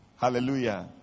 Hallelujah